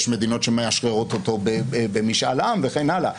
יש מדינות שמאשררות אותו במשאל עם וכן הלאה.